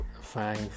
FANG